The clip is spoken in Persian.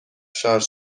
شارژ